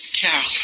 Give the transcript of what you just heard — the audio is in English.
Carol